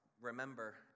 remember